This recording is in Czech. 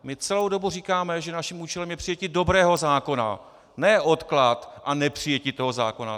My celou dobu říkáme, že naším účelem je přijetí dobrého zákona, ne odklad a nepřijetí toho zákona.